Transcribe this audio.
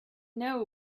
know